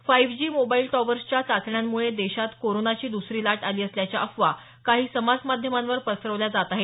five G mobile टॉवर्सच्या चाचण्यांमुळे देशांत कोरोनाची दुसरी लाट आली असल्याच्या अफवा काही समाजमाध्यमांवर पसरवल्या जात आहेत